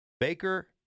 Baker